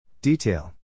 detail